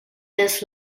this